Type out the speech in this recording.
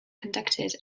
conducted